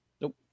Nope